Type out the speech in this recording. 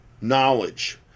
knowledge